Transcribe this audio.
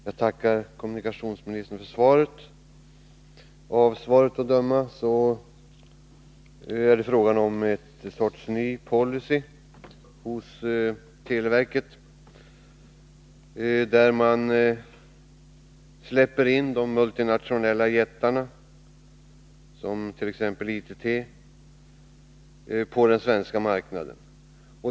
Herr talman! Jag tackar kommunikationsministern för svaret på min fråga. Av svaret att döma är det fråga om en sorts ny policy hos televerket. Man släpper in de multinationella jättarna, t.ex. ITT, på den svenska marknaden.